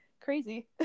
crazy